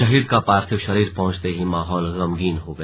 शहीद का पार्थिव शरीर पहुंचते ही माहौल गमगीन हो गया